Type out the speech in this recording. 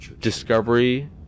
discovery